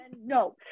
No